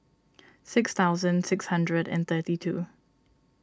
six thousand six hundred and thirty two